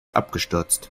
abgestürzt